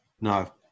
No